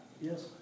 Yes